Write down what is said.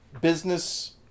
business